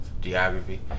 Geography